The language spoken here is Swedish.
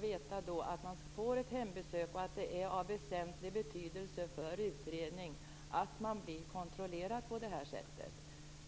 veta att man får ett hembesök och att det är av väsentlig betydelse för utredning att man blir kontrollerad på det här sättet.